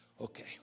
okay